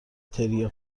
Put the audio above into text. تریا